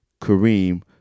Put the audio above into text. Kareem